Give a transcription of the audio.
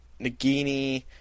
Nagini